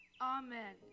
Amen